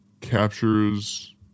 captures